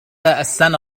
السنة